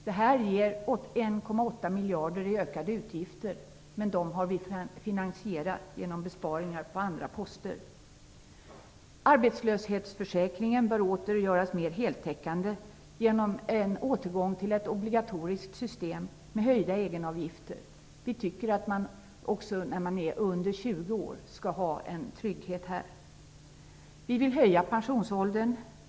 Detta ger 1,8 miljarder i ökade utgifter, men vi har finansierat dem genom besparingar på andra poster. Arbetslöshetsförsäkringen bör åter göras mer heltäckande genom en återgång till ett obligatoriskt system med höjda egenavgifter. Vi tycker att man skall ha en trygghet här även när man är under 20 år. Vi vill höja pensionsåldern.